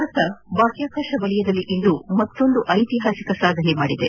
ಭಾರತ ಬಾಹ್ಕಾಕಾಶ ವಲಯದಲ್ಲಿ ಇಂದು ಮತ್ತೊಂದು ಐತಿಹಾಸಿಕ ಸಾಧನೆ ಮಾಡಿದೆ